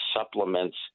supplements